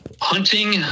hunting